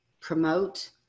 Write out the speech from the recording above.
promote